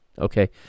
Okay